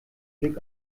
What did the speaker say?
blick